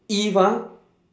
if ah